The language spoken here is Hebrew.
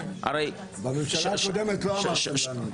הרי --- בממשלה הקודמת לא אמרתם לנו את זה.